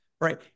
right